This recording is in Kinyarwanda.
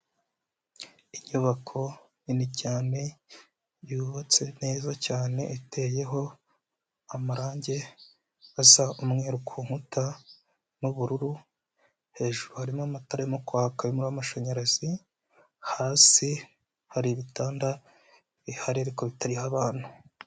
Inyubako nini cyane yubatse neza cyane, iteyeho amarangi asa umweru ku nkuta n'ubururu, hejuru harimo amatara arimo kwaka y'umuriro w'amashanyarazi, hasi hari ibitanda bihari ariko bitariho abantu.